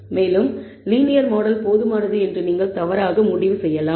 மேலும் லீனியர் பாடல் போதுமானது என்று நீங்கள் தவறாக முடிவு செய்யலாம்